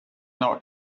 not